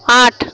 আট